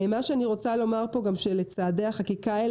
מה שאני רוצה לומר פה שלצעדי החקיקה האלה